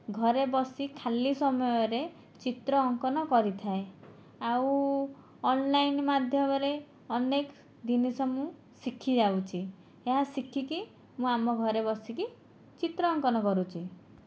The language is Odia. ଘରେ ବସି ଖାଲି ସମୟରେ ଚିତ୍ର ଅଙ୍କନ କରିଥାଏ ଆଉ ଅନଲାଇନ ମାଧ୍ୟମରେ ଅନେକ ଜିନିଷ ମୁଁ ଶିଖି ଯାଉଛି ଏହା ଶିଖିକି ମୁଁ ଆମ ଘରେ ବସିକି ଚିତ୍ର ଅଙ୍କନ କରୁଛି